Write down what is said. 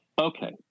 okay